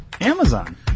Amazon